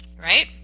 right